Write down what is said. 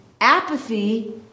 apathy